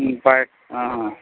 ம் பழ ஆ